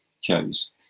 chose